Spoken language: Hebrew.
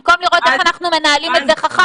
במקום לראות איך אנחנו מנהלים את זה חכם